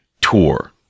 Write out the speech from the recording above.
tour